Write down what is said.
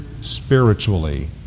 spiritually